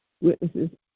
witnesses